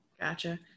Gotcha